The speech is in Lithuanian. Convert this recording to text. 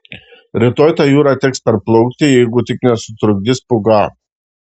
rytoj tą jūrą teks perplaukti jeigu tik nesutrukdys pūga